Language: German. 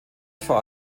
vor